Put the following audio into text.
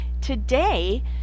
Today